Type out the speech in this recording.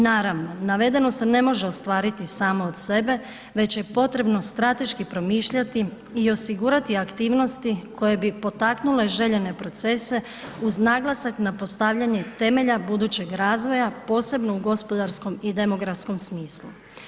Naravno, navedeno se ne može ostvariti samo od sebe već je potrebno strateški promišljati i osigurati aktivnosti koje bi potaknule željene procese uz naglasak na postavljanje temelja budućeg razvoja posebno u gospodarskom i demografskom smislu.